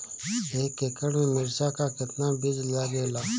एक एकड़ में मिर्चा का कितना बीज लागेला?